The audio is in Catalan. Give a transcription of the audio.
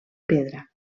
pedra